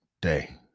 day